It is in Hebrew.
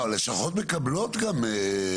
לא הלשכות מקבלות גם.